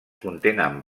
contenen